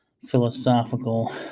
philosophical